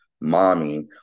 mommy